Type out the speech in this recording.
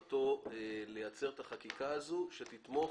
שמטרתו לייצר את החקיקה הזו שתתמוך